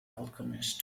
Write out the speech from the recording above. alchemist